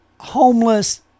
homeless